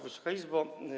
Wysoka Izbo!